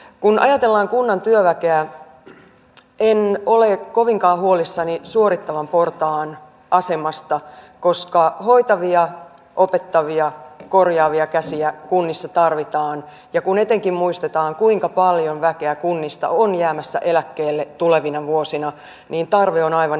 kun ajatellaan kunnan työväkeä en ole kovinkaan huolissani suorittavan portaan asemasta koska hoitavia opettavia korjaavia käsiä kunnissa tarvitaan ja etenkin kun muistetaan kuinka paljon väkeä kunnista on jäämässä eläkkeelle tulevina vuosina niin tarve on aivan ilmeinen